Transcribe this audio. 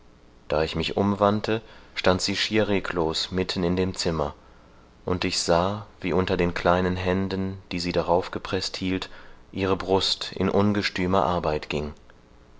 da ich mich umwandte stand sie schier reglos mitten in dem zimmer und ich sah wie unter den kleinen händen die sie daraufgepreßt hielt ihre brust in ungestümer arbeit ging